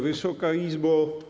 Wysoka Izbo!